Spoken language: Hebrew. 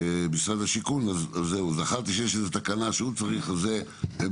משרד השיכון זכרתי שיש איזו תקנה שהוא צריך בנושא,